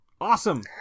Awesome